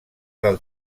del